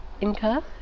incur